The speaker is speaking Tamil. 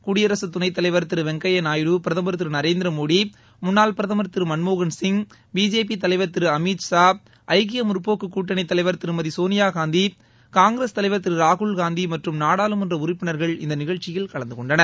குடியரசுத் துணைத் தலைவர் திரு வெங்கய்யா நாயுடு பிரதமர் திரு நரேந்திரமோடி முன்னாள் பிரதமர் திரு மன்மோகன் சிங் பிஜேபி தலைவர் திரு அமித் ஷா ஐக்கிய முற்போக்குக் கூட்டணித் தலைவர் திருமதி சோனியாகாந்தி காங்கிரஸ் தலைவர் திரு ராகுல்காந்தி மற்றும் நாடாளுமன்ற உறுப்பினர்கள் இந்த நிகழ்ச்சியில் கலந்து கொண்டனர்